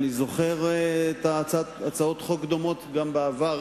ואני זוכר הצעות חוק דומות גם בעבר.